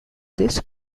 this